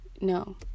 no